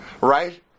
Right